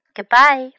Goodbye